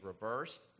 reversed